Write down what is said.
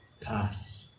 pass